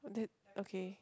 oh that okay